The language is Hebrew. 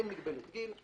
אין מגבלת גיל,